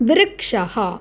वृक्षः